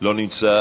לא נמצא.